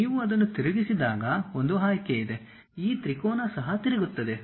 ನೀವು ಅದನ್ನು ತಿರುಗಿಸಿದಾಗ ಒಂದು ಆಯ್ಕೆ ಇದೆ ಈ ತ್ರಿಕೋನ ಸಹ ತಿರುಗುತ್ತದೆ